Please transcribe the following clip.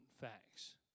facts